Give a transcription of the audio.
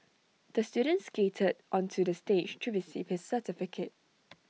the student skated onto the stage to receive his certificate